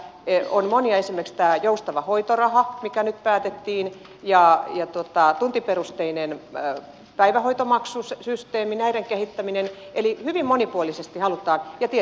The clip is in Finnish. niitä on monia esimerkiksi tämä joustava hoitoraha mikä nyt päätettiin ja tuntiperusteinen päivähoitomaksusysteemi näiden kehittäminen eli hyvin monipuolisesti halutaan kehittää